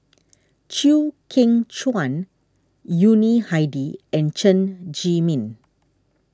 Chew Kheng Chuan Yuni Hadi and Chen Zhiming